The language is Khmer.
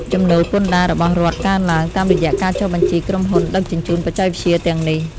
ចំណូលពន្ធដាររបស់រដ្ឋកើនឡើង តាមរយៈការចុះបញ្ជីក្រុមហ៊ុនដឹកជញ្ជូនបច្ចេកវិទ្យាទាំងនេះ។